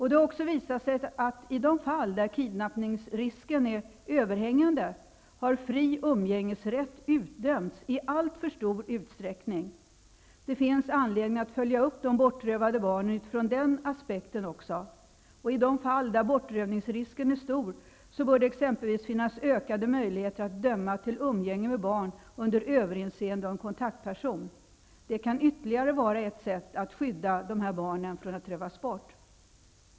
Det har visat sig, att i de fall där kidnappningsrisken är överhängande har fri umgängesrätt utdömts i alltför stor utsträckning. Det finns anledning att följa upp de bortrövade barnen utifrån den aspekten också. I de fall där bortrövningsrisken är stor bör det exempelvis finnas ökade möjligheter att döma till umgänge med barn under överinseende av en kontaktperson. Det kan ytterligare vara ett sätt att skydda dessa barn från att rövas bort.